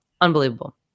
Unbelievable